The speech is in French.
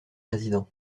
président